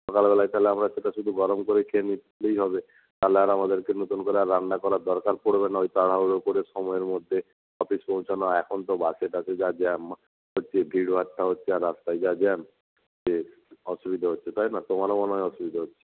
সকালবেলায় তাহলে আমরা সেটা শুধু গরম করে খেয়ে নিলেই হবে তাহলে আর আমাদেরকে নতুন করে আর রান্না করার দরকার পড়বে না ওই তাড়াহুড়ো করে সময়ের মধ্যে অফিস পৌঁছানো এখন তো বাসে টাসে যা জ্যাম হচ্ছে ভিড়ভাট্টা হচ্ছে আর রাস্তায় যা জ্যাম অসুবিধে হচ্ছে তাই না তোমারও মনে হয় অসুবিধে হচ্ছে